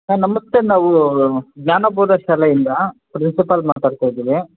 ನಮಸ್ತೆ ನಾವು ಜ್ಞಾನಬೋಧ ಶಾಲೆಯಿಂದ ಪ್ರಿನ್ಸಿಪಾಲ್ ಮಾತಾಡ್ತಾ ಇದ್ದೀನಿ